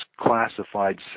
classified